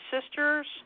sisters